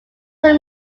were